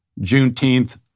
Juneteenth